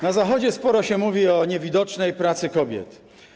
Na Zachodzie sporo się mówi o niewidocznej pracy kobiet.